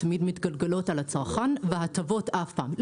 תמיד מתגלגלות על הצרכן וההטבות אף פעם.